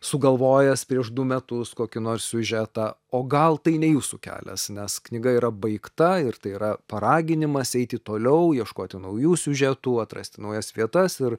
sugalvojęs prieš du metus kokį nors siužetą o gal tai ne jūsų kelias nes knyga yra baigta ir tai yra paraginimas eiti toliau ieškoti naujų siužetų atrasti naujas vietas ir